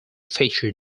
feature